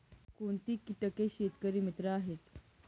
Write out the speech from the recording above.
कोणती किटके शेतकरी मित्र आहेत?